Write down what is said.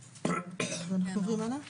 שמיום י"ז בטבת התשפ"א (1 בינואר 2021)